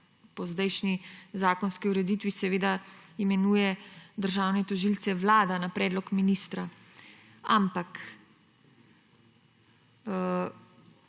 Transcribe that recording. po zdajšnji zakonski ureditvi seveda imenuje državne tožilce Vlada na predlog ministra, ampak